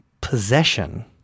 possession